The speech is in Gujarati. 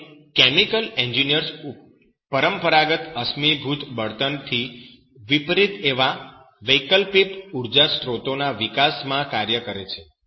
હવે કેમિકલ એન્જિનિયર્સ પરંપરાગત અશ્મિભૂત બળતણ થી વિપરીત એવા વૈકલ્પિક ઉર્જા સ્ત્રોતો ના વિકાસમાં કાર્ય કરે છે